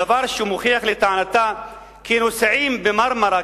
הדבר שמוכיח לטענתה כי הנוסעים ב"מרמרה"